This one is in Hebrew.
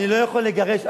אני לא יכול לגרש.